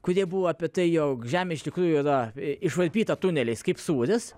kurie buvo apie tai jog žemė iš tikrųjų yra išvarpyta tuneliais kaip sūris